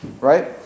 Right